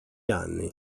anni